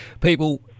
people